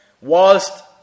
whilst